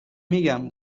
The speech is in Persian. میگم